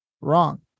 Wrong